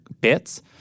bits